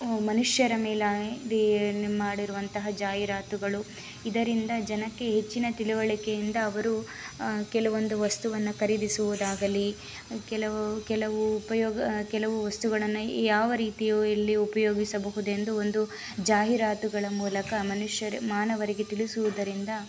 ಮನುಷ್ಯರ ಮೇಲಾಗಿ ನ ಮಾಡಿರುವಂತಹ ಜಾಹೀರಾತುಗಳು ಇದರಿಂದ ಜನಕ್ಕೆ ಹೆಚ್ಚಿನ ತಿಳುವಳಿಕೆಯಿಂದ ಅವರು ಕೆಲವೊಂದು ವಸ್ತುವನ್ನು ಖರೀದಿಸುವುದಾಗಲಿ ಕೆಲವು ಕೆಲವು ಉಪಯೋಗ ಕೆಲವು ವಸ್ತುಗಳನ್ನು ಯಾವ ರೀತಿಯು ಇಲ್ಲಿ ಉಪಯೋಗಿಸಬಹುದೆಂದು ಒಂದು ಜಾಹೀರಾತುಗಳ ಮೂಲಕ ಮನುಷ್ಯರ್ ಮಾನವರಿಗೆ ತಿಳಿಸುವುದರಿಂದ